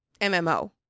MMO